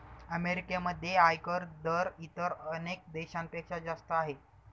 अमेरिकेमध्ये आयकर दर इतर अनेक देशांपेक्षा जास्त आहे